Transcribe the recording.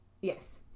Yes